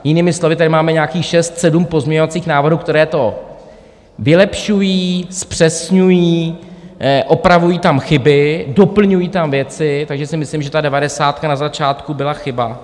Jinými slovy tady máme nějakých šest, sedm pozměňovacích návrhů, které to vylepšují, zpřesňují, opravují tam chyby, doplňují tam věci, takže si myslím, že ta devadesátka na začátku byla chyba.